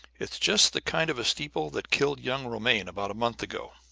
it's just the kind of a steeple that killed young romaine about a month ago.